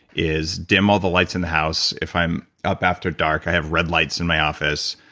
is dim all the lights in the house. if i'm up after dark, i have red lights in my office.